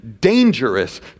dangerous